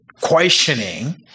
questioning